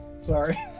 Sorry